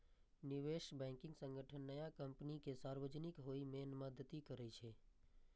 निवेश बैंकिंग संगठन नया कंपनी कें सार्वजनिक होइ मे मदति करै छै